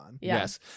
Yes